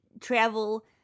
travel